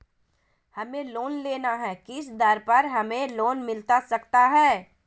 हमें लोन लेना है किस दर पर हमें लोन मिलता सकता है?